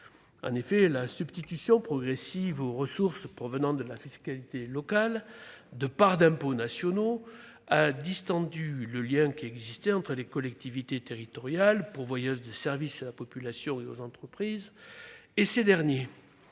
En effet, la substitution progressive aux ressources provenant de la fiscalité locale de parts d'impôts nationaux a distendu le lien qui existait entre les collectivités territoriales, pourvoyeuses de services à la population et aux entreprises, et ces derniers.